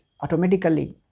automatically